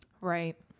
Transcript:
Right